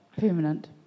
permanent